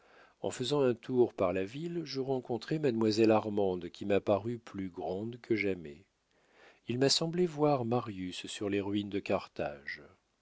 en faisant un tour par la ville je rencontrai mademoiselle armande qui m'apparut plus grande que jamais il m'a semblé voir marius sur les ruines de carthage